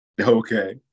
Okay